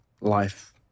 life